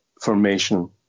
formation